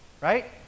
right